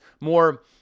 more